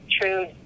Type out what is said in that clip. true